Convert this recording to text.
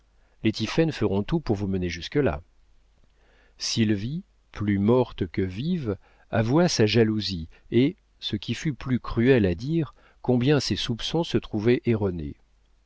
les tiphaine feront tout pour vous mener jusque-là sylvie plus morte que vive avoua sa jalousie et ce qui fut plus cruel à dire combien ses soupçons se trouvaient erronés